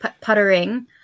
puttering